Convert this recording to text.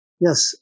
yes